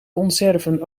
conserven